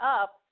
up